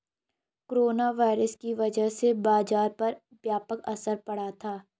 corona virus की वजह से बाजार पर व्यापक असर पड़ा था